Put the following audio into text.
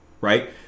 right